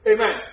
Amen